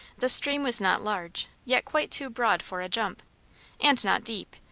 the stream was not large, yet quite too broad for a jump and not deep,